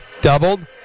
doubled